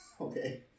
okay